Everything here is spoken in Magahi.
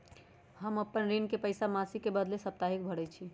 हम अपन ऋण के पइसा मासिक के बदले साप्ताहिके भरई छी